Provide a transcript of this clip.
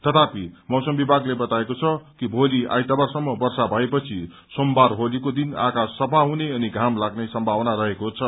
तथापि मौसम विभागले बताएको छ कि भोलि आइतबारसम्म वर्षा भएपछि सोमबार होलीको दिन आकाश सफा हुने अनि घाम लाग्ने सम्मावना रहेको छ